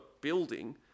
building